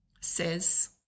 says